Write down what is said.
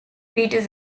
peters